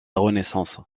renaissance